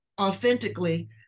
authentically